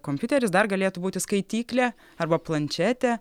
kompiuteris dar galėtų būti skaityklė arba planšetė